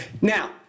Now